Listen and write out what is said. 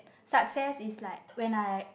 success is like when I